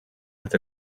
with